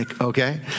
Okay